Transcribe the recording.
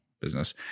business